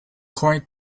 quite